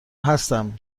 هستم